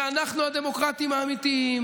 ואנחנו הדמוקרטים האמיתיים,